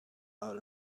out